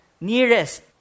nearest